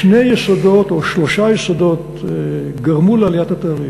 שני יסודות או שלושה יסודות גרמו לעליית התעריף.